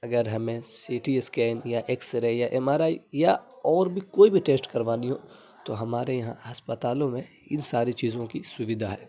اگر ہمیں C T scan یا ایکس رے یا ایم آر آئی یا اور بھی کوئی بھی ٹیسٹ کروانی ہو تو ہمارے یہاں ہسپتالوں میں ان ساری چیزوں کی سویدھا ہے